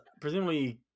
presumably